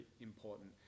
important